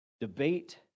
debate